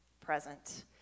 present